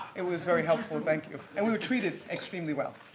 it was very helpful, thank you. and, we were treated extremely well.